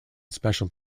special